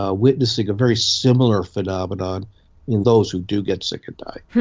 ah witnessing a very similar phenomenon in those who do get sick and die